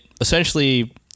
essentially